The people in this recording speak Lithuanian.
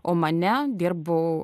omane dirbau